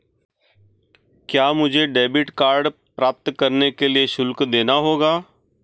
क्या मुझे debit card प्राप्त करने के लिए शुल्क देना होगा?